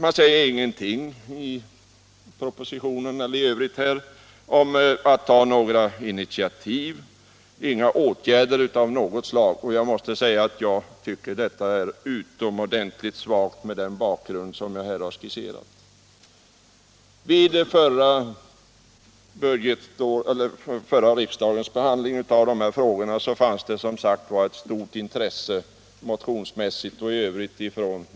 Man säger ingenting i propositionen eller i övrigt om att man skall ta några initiativ eller vidta åtgärder av något slag. Jag tycker att detta är utomordentligt svagt mot den bakgrund jag här skisserat. Vid förra riksmötets behandling av dessa frågor visade de borgerliga partierna ett stort intresse genom motioner och på annat sätt.